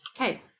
Okay